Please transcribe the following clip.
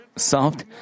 Soft